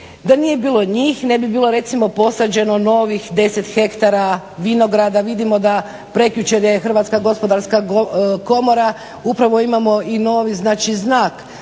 da nije bilo njih ne bi bilo recimo posađeno novih 10 ha vinograda. Vidimo da prekjučer je Hrvatska gospodarska komora upravo imamo i novi znači